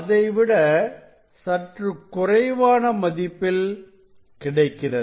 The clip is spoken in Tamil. அதைவிட சற்றுக் குறைவான மதிப்பில் கிடைக்கிறது